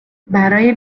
برای